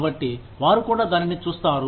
కాబట్టి వారు కూడా దానిని చూస్తున్నారు